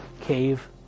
cave